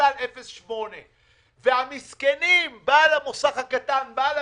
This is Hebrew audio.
שופרסל משלמת 0.8%. והמסכנים, בעל המוסך הקטן, בעל